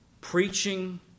Preaching